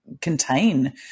contain